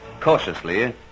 Cautiously